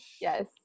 Yes